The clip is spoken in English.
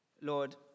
Lord